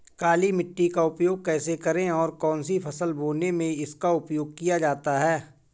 काली मिट्टी का उपयोग कैसे करें और कौन सी फसल बोने में इसका उपयोग किया जाता है?